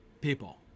people